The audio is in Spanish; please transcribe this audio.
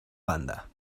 banda